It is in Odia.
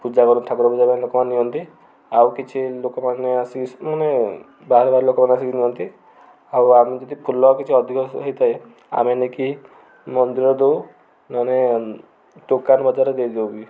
ପୂଜା କରି ଠାକୁର ପୂଜା ପାଇଁ ଲୋକମାନେ ନିଅନ୍ତି ଆଉ କିଛି ଲୋକମାନେ ଆସିକି ମାନେ ବାହାର ଲୋକମାନେ ଆସିକି ନିଅନ୍ତି ଆଉ ଆମର ଯଦି ଫୁଲ କିଛି ଅଧିକ ହୋଇଥାଏ ଆମେ ନେଇକି ମନ୍ଦିରରେ ଦେଉ ନହେଲେ ଦୋକାନ ବଜାରରେ ଦେଇଦେଉ ବି